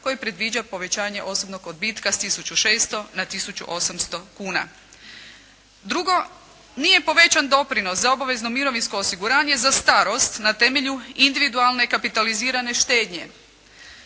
koje predviđa povećanje osobnog odbitka sa 1600 na 1800 kuna. Drugo, nije povećan doprinos za obavezno mirovinsko osiguranje za starost na temelju individualne kapitalizirane štednje.